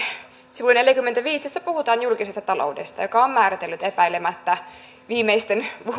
sivuun neljäkymmentäviisi jolla puhutaan julkisesta taloudesta joka on epäilemättä määritellyt viimeisten